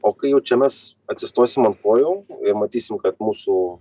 o kai jau čia mes atsistosim an kojų ir matysim kad mūsų